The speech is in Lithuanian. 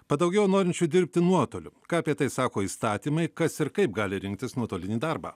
padaugėjo norinčių dirbti nuotoliu ką apie tai sako įstatymai kas ir kaip gali rinktis nuotolinį darbą